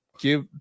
give